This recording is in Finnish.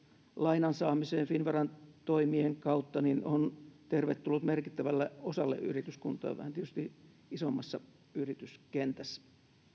lainan saamiseen finnveran toimien kautta on tervetullut merkittävälle osalle yrityskuntaa tietysti vähän isommassa yrityskentässä